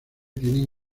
tienen